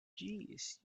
jeez